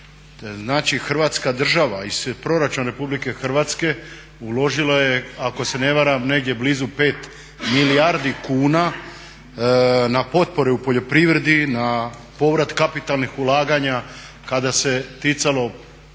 Znači Hrvatska država, iz Proračuna RH uložila je ako se ne varam negdje blizu 5 milijardi kuna na potpore u poljoprivredi, na povrat kapitalnih ulaganja kada se ticalo